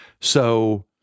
So-